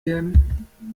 werden